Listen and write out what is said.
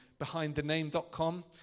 BehindTheName.com